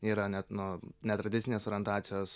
yra net na netradicinės orientacijos